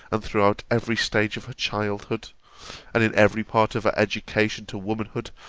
and throughout every stage of her childhood and in every part of her education to womanhood,